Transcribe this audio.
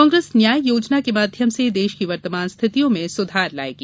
कांग्रेस न्याय योजना के माध्यम से देश की वर्तमान स्थितियों में सुधार लायेगी